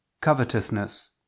covetousness